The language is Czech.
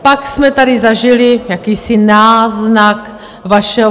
Pak jsme tady zažili jakýsi náznak vašeho...